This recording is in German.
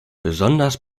besonders